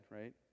right